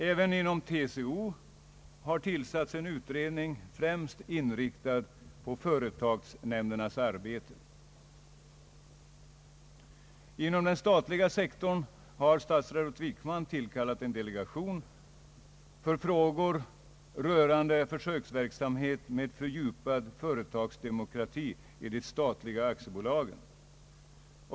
Även inom TCO har tillsatts en utredning, främst inriktad på företagsnämndernas arbete. Inom den statliga sektorn har statsrådet Wickman tillsatt en delegation för frågor rörande försöksverksamhet för fördjupad företagsdemokrati vid de statliga aktiebolagen.